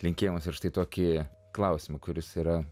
linkėjimus ir štai tokį klausimą kuris yra